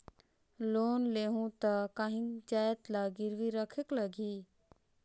Loan लेहूं ता काहीं जाएत ला गिरवी रखेक लगही?